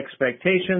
expectations